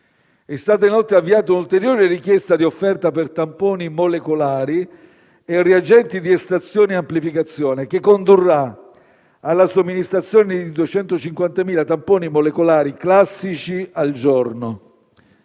È stata inoltre avviata un'ulteriore richiesta di offerta per tamponi molecolari e reagenti di estrazione e amplificazione, che condurrà alla somministrazione di 250.000 tamponi molecolari classici al giorno.